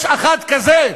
יש אחד כזה,